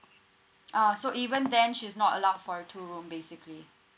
uh so even then she's not allowed for a two room basically